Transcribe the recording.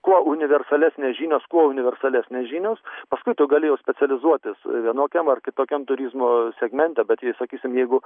kuo universalesnės žinios kuo universalesnės žinios paskui tu gali jau specializuotis vienokiam ar kitokiam turizmo segmente bet jei sakysim jeigu